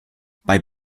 bei